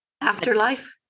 Afterlife